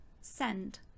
Send